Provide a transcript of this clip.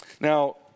Now